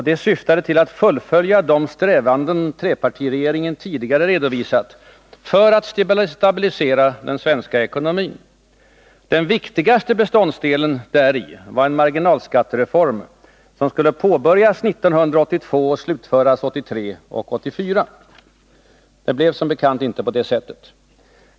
Det syftade till att fullfölja de strävanden trepartiregeringen tidigare redovisat för att stabilisera den svenska ekonomin. Den viktigaste beståndsdelen däri var en marginalskattereform, som skulle påbörjas 1982 och slutföras 1983 och 1984. Det blev som bekant inte på det sättet.